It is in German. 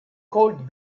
cold